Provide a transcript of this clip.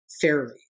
fairly